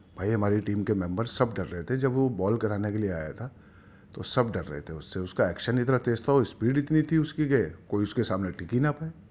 بھائی ہمارے ٹیم کے ممبرس سب ڈر رہے تھے جب وہ بال کرانے کے لیے آیا تھا تو سب ڈر رہے تھے اس سے اس کا ایکشن اتنا تیز تھا اور اسپیڈ اتنی تھی اس کی کہ کوئی اس کے سامنے ٹک ہی نہ پائے